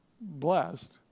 blessed